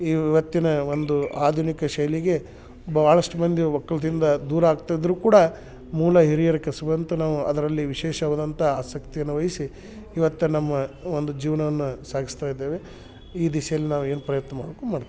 ಇವ ಇವತ್ತಿನ ಒಂದು ಆಧುನಿಕ ಶೈಲಿಗೆ ಭಾಳಷ್ಟು ಮಂದಿ ಒಕ್ಕಲ್ದಿಂದ ದೂರ ಆಗ್ತಾ ಇದ್ದರೂ ಕೂಡ ಮೂಲ ಹಿರಿಯರ ಕಸಬು ಅಂತ ನಾವು ಅದರಲ್ಲಿ ವಿಶೇಷವಾದಂಥ ಆಸಕ್ತಿಯನ್ನ ವಹಿಸಿ ಇವತ್ತು ನಮ್ಮ ಒಂದು ಜೀವನವನ್ನ ಸಾಗಿಸ್ತಾ ಇದ್ದೇವೆ ಈ ದಿಸೆಯಲ್ಲಿ ನಾವು ಏನು ಪ್ರಯತ್ನ ಮಾಡ್ಕು ಮಾಡ್ತೇವೆ